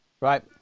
Right